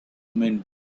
meant